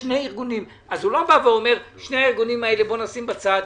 הם לא אומרים: שני הארגונים האלה נשים בצד,